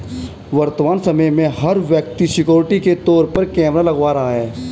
वर्तमान समय में, हर व्यक्ति सिक्योरिटी के तौर पर कैमरा लगवा रहा है